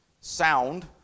sound